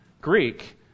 Greek